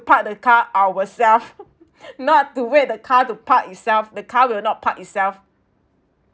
park the car ourselves not to wait the car to park itself the car will not park itself